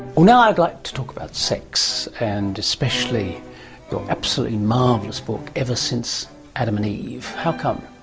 ah now i'd like to talk about sex, and especially your absolutely marvellous book ever since adam and eve. how come?